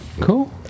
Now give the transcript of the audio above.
Cool